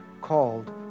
called